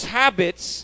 habits